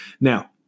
Now